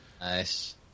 Nice